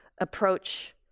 approach